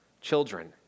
Children